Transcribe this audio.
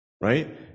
Right